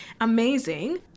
amazing